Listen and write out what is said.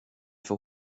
för